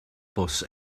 bws